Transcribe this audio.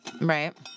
right